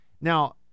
now